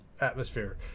atmosphere